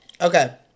Okay